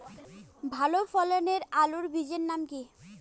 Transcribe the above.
ভালো ফলনের আলুর বীজের নাম কি?